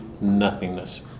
nothingness